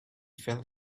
fell